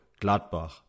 Gladbach